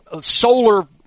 solar